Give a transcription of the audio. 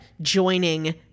joining